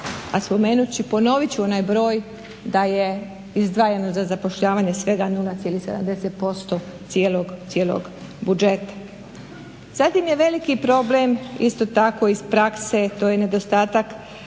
a spomenut ću, ponovit ću onaj broj da je izdvajano za zapošljavanje svega 0,70% cijelog budžeta. Zatim je veliki problem isto tako iz prakse, to je nedostatak